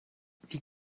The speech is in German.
wie